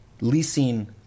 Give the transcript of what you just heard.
leasing